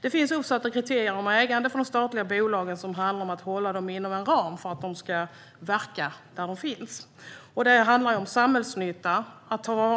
Det finns uppsatta kriterier för ägandet av de statliga bolagen som handlar om att hålla bolagen inom en ram för att de ska verka där de finns. Det handlar om samhällsnytta och att det är